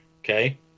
Okay